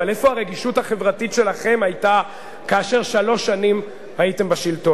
אבל איפה הרגישות החברתית שלכם היתה כאשר שלוש שנים הייתם בשלטון?